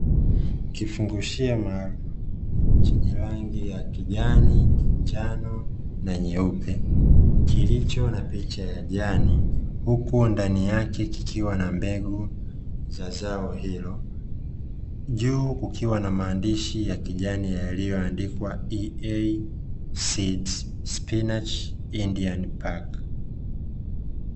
Kifungashio maalum chenye rangi ya kijani, njano na nyeupe kilicho na picha ya jani huko ndani yake kikiwa na mbegu za zao hilo. Juu kukiwa na maandishi ya kijani yaliyoandikwa "EA Seeds Spinach Indian Pack".